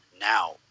now